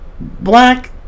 Black